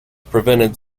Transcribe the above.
prevented